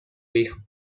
hijo